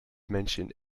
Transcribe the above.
mentioned